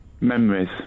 Memories